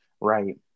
right